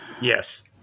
Yes